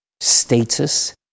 status